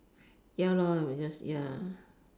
ya lor just ya